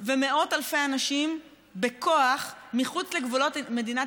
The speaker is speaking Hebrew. ומאות אלפי אנשים בכוח אל מחוץ לגבולות מדינת